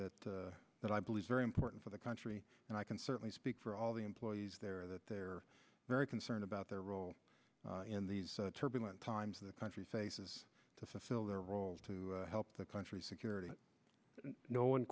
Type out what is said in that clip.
that that i believe very important for the country and i can certainly speak for all the employees there that they're very concerned about their role in these turbulent times in the country faces to fulfill their role to help the country's security no one